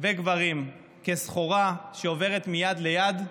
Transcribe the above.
וגברים כסחורה שעוברת מיד ליד,